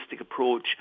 approach